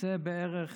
שזה בערך